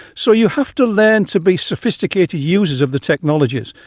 so you have to learn to be sophisticated users of the technologies.